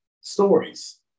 stories